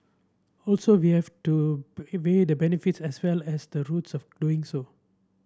also we have to weigh the benefits as well as the roots of doing so